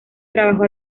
trabajó